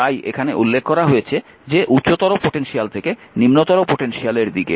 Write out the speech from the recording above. তাই এখানে উল্লেখ করা হয়েছে যে উচ্চতর পোটেনশিয়াল থেকে নিম্নতর পোটেনশিয়ালের দিকে